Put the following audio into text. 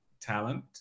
talent